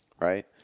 Right